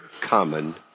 common